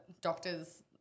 doctors